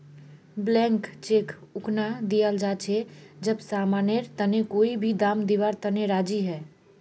blank cheque उखना दियाल जा छे जब समानेर तने कोई भी दाम दीवार तने राज़ी हो